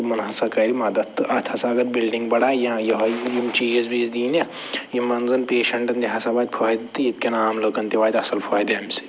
تِمَن ہسا کَرِ مدد تہٕ اَتھ ہسا اگر بِلڈِنٛگ بڑایہِ یا یِہوٚے یِم چیٖز ویٖز دیٖنَکھ یِمَن زَنہٕ پٮ۪شَنٹَن ہسا واتہِ فٲیِدٕ تہٕ ییٚتہِ کٮ۪ن عام لُکَن تہِ واتہِ اَصٕل فٲیِدٕ اَمہِ سۭتۍ